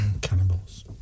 Cannibals